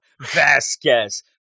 vasquez